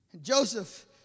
Joseph